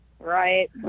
Right